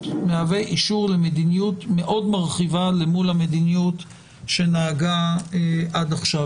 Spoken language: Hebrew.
מהווה אישור למדיניות מאוד מרחיבה אל מול המדיניות שנהגה עד עתה.